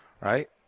right